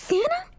Santa